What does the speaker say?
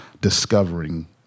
discovering